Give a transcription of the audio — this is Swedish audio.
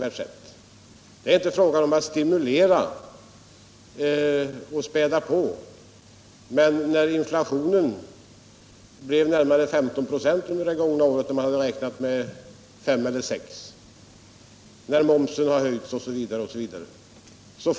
Det är här inte fråga om att stimulera och späda på, men när Nr 60 inflationen under det gångna året blev närmare 15 96 och man hade räknat Fredagen den med 5 eller 6, när momsen höjdes osv., då får vi dessa konsekvenser.